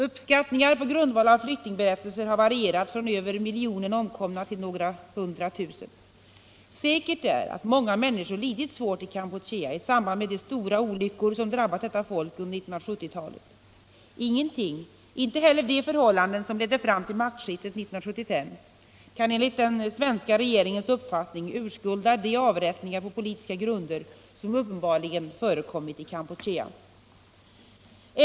Uppskattningar på grundval av flyktingberättelser har varierat från över miljonen omkomna till några hundra tusen. Säkert är att många människor lidit svårt i Kampuchea i samband med de stora olyckor som drabbat detta folk under 1970-talet. Ingenting, inte heller de förhållanden som ledde fram till maktskiftet 1975, kan enligt den svenska regeringens uppfattning urskulda de avrättningar på politiska grunder som uppenbarligen förekommit i Kampuchea.